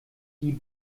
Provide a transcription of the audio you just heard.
die